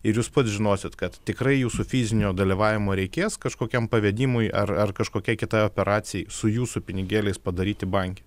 ir jūs pats žinosit kad tikrai jūsų fizinio dalyvavimo reikės kažkokiam pavedimui ar ar kažkokiai kitai operacijai su jūsų pinigėliais padaryti banke